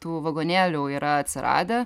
tų vagonėlių yra atsiradę